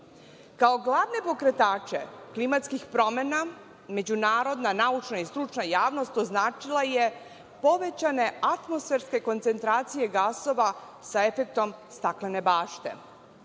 Kao glavne pokretače klimatskih promena međunarodna, naučna i stručna javnost označila je povećane atmosferske koncentracije gasova sa efektom staklene bašte,